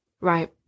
right